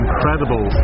Incredible